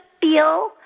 feel